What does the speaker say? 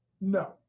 No